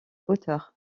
hauteur